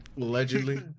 Allegedly